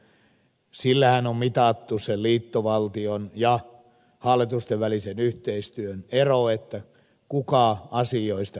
elikkä sillähän on mitattu se liittovaltion ja hallitustenvälisen yhteistyön ero kuka asioista päättää